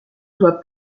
doit